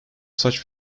such